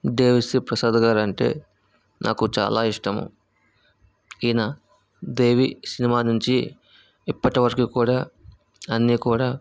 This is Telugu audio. దేవిశ్రీ ప్రసాద్ గారు అంటే నాకు చాలా ఇష్టము ఈయన దేవి సినిమా నుంచి ఇప్పటి వరకీ కూడా అన్నీ కూడా